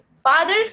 father